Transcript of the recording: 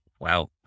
Wow